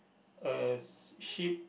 a ship